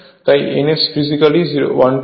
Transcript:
তাই n S physically 120 fP হবে